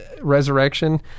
Resurrection